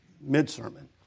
mid-sermon